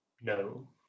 No